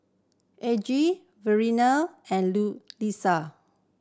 Elgie Verlene and Liza